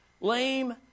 lame